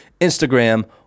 Instagram